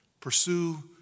Pursue